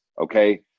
Okay